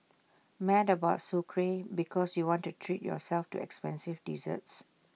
mad about Sucre because you want to treat yourself to expensive desserts